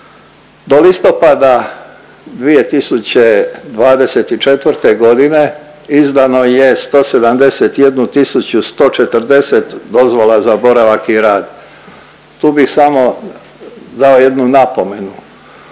Do listopada 2024. godine izdano je 171.140 dozvola za boravak i rad. Tu bih samo dao jednu napomenu.